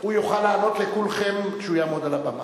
הוא יוכל לענות לכולכם כשהוא יעמוד על הבמה.